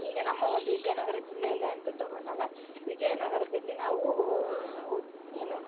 ಈಗ ನಮ್ಮ ಒಂದು ವಿಜಯನಗರ ಜಿಲ್ಲೆಯಲ್ಲಿ ಅಂತ ತಗೊಂಡಾಗ ವಿಜಯನಗರದಲ್ಲಿ ನಾವು ಉ ಏನು